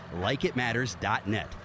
LikeItMatters.net